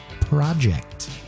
project